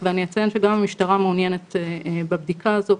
אני אציין שגם המשטרה מעוניינת בבדיקה הזו,